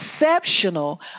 exceptional